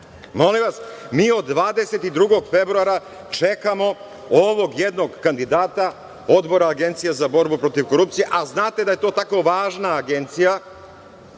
znam. Molim vas, mi od 22. februara čekamo ovog jednog kandidata Odbora Agencije za borbu protiv korupcije, a znate da je to tako važna agencija